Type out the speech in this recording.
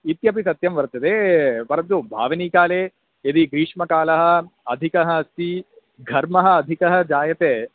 इत्यपि सत्यं वर्तते परन्तु भावनिकाले यदि गीष्मकालः अधिकः अस्ति घर्मः अधिकः जायते